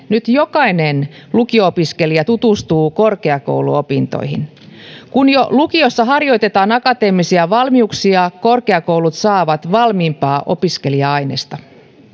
nyt jokainen lukio opiskelija tutustuu korkeakouluopintoihin kun jo lukiossa harjoitetaan akateemisia valmiuksia korkeakoulut saavat valmiimpaa opiskelija aineista